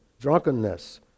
drunkenness